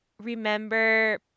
remember